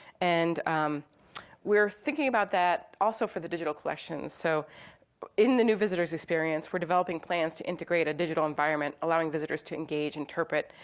and um we're thinking about that also for the digital collection. so in the new visitor's experience, we're developing plans to integrate a digital environment allowing visitors to engage, interpret,